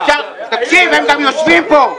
תקשיב, הם גם יושבים פה.